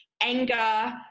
anger